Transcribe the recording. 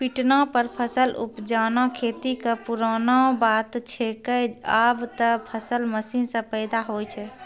पिटना पर फसल उपजाना खेती कॅ पुरानो बात छैके, आबॅ त फसल मशीन सॅ पैदा होय छै